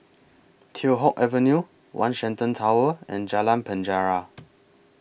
Teow Hock Avenue one Shenton Tower and Jalan Penjara